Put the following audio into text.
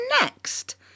next